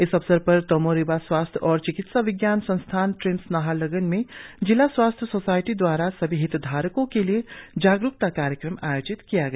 इस अवसर पर तोमो रिबा स्वास्थ्य और चिकित्सा विज्ञान संस्थान ट्रिम्स नाहरलग्न में जिला स्वास्थ्य सोसायटी द्वारा सभी हितधारको के लिए जागरुकता कार्यक्रम आयोजित किया गया